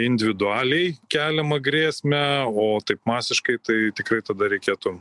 individualiai keliamą grėsmę o taip masiškai tai tikrai tada reikėtų